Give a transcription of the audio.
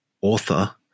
author